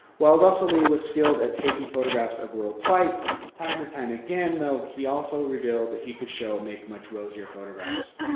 well, russell lee was skilled at taking photographs of rural plight time and time again, though, he also revealed that he could make much rosier photographs.